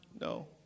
No